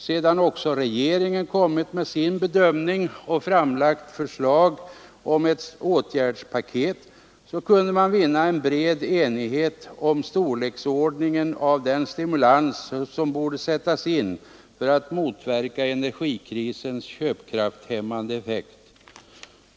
Sedan också regeringen kommit med sin bedömning och framlagt förslag om ett åtgärdspaket kunde man vinna en bred enighet om storleksordningen av den stimulans som borde sättas in för att motverka energikrisens köpkrafthämmande effekt.